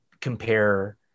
compare